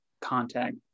contact